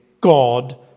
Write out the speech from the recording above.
God